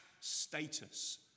status